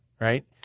right